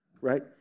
right